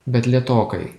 bet lėtokai